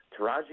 Taraji